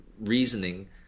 reasoning